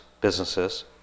businesses